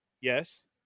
Yes